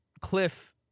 Cliff